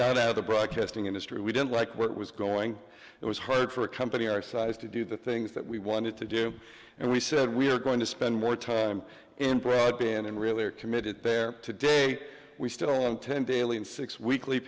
got out of the broadcasting industry we didn't like what was going it was hard for a company our size to do the things that we wanted to do and we said we're going to spend more time in broadband and really are committed there today we still own ten daily and six weekly